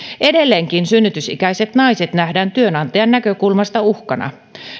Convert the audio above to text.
edelleenkin synnytysikäiset naiset nähdään työnantajan näkökulmasta uhkana